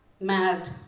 mad